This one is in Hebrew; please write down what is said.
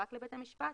רק לבית המשפט,